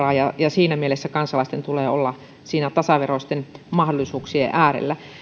on infraa ja siinä mielessä kansalaisten tulee olla siinä tasaveroisten mahdollisuuksien äärellä